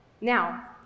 Now